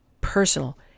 personal